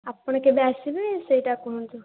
ଆପଣ କେବେ ଆସିବେ ସେଇଟା କୁହନ୍ତୁ